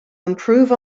improve